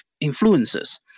influences